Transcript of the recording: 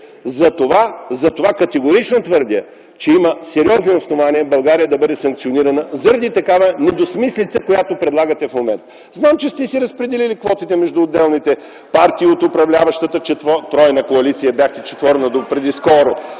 Затова категорично твърдя, че има сериозни основания България да бъде санкционирана заради такава двусмислица, която предлагате в момента. Знам, че сте си разпределили квотите между отделните партии от управляващата тройна коалиция – доскоро